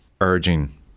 urging